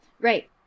right